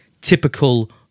typical